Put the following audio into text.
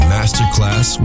Masterclass